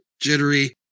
jittery